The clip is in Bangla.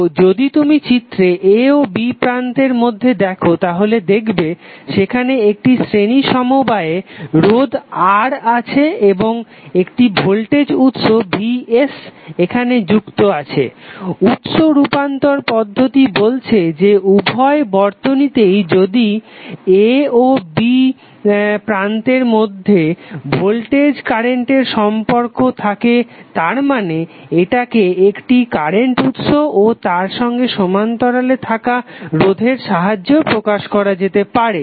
তো যদি তুমি চিত্রে a ও b প্রান্তের মধ্যে দেখো তাহলে দেখবে সেখানে একটি শ্রেণী সমবায়ে রোধ R আছে এবং একটি ভোল্টেজ উৎস vs এখন যুক্ত আছে উৎস রূপান্তর পদ্ধতি বলছে যে উভয় বর্তনীতেই যদি a ও b প্রান্তের মধ্যে ভোল্টেজ কারেন্ট সম্পর্ক থাকে তারমানে এটাকে একটি কারেন্ট উৎস ও তার সঙ্গে সমান্তরালে থাকা রোধের সাহায্যেও প্রকাশ করা যেতে পারে